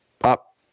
up